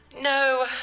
No